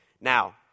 Now